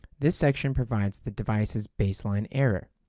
this section provides the device's baseline error.